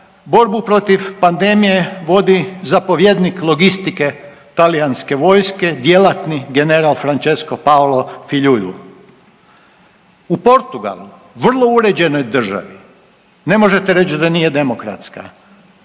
borbu protiv pandemije vodi zapovjednik logistike talijanske vojske djelatni general Francesko Paolo Figliuolo, u Portugalu vrlo uređenoj državi ne možete reći da nije demokratska,